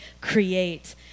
create